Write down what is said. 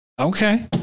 Okay